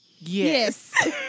Yes